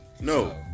No